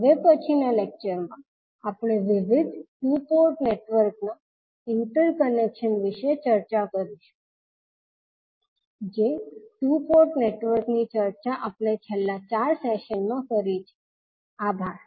હવે પછીના લેક્ચરમાં આપણે વિવિધ ટુ પોર્ટ નેટવર્કના ઇન્ટરકનેક્શન વિશે ચર્ચા કરીશું જે ટુ પોર્ટ નેટવર્કની ચર્ચા આપણે છેલ્લા 4 સેશન્સમાં કરી છે આભાર